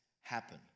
happen